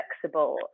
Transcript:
flexible